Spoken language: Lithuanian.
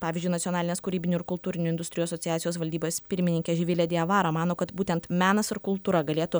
pavyzdžiui nacionalinės kūrybinių ir kultūrinių industrijų asociacijos valdybos pirmininkė živilė diavara mano kad būtent menas ir kultūra galėtų